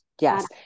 yes